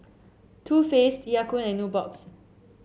Too Faced Ya Kun and Nubox